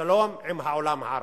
שלום עם העולם הערבי.